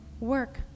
Work